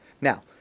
Now